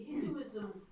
Hinduism